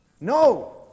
No